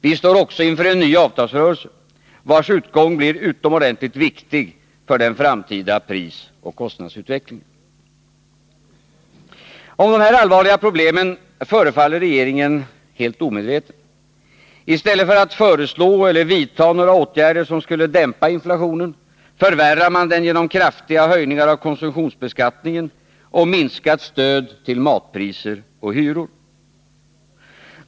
Vi står också inför en ny avtalsrörelse, vars utgång blir utomordentligt viktig för den framtida prisoch kostnadsutvecklingen. Om dessa allvarliga problem förefaller regeringen helt omedveten. I stället för att föreslå eller vidta några åtgärder som skulle dämpa inflationen, förvärrar man den genom kraftiga höjningar av konsumtionsbeskattningen och minskat stöd till matpriser och hyror.